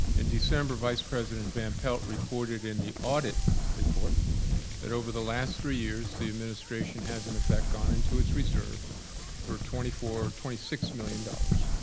in december, vice president van pelt reported in the audit report that over the last three years, the administration has in effect gone into its reserves for twenty four twenty six million dollars